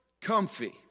comfy